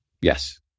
Yes